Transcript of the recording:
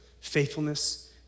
faithfulness